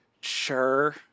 sure